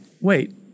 Wait